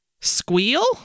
squeal